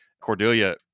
Cordelia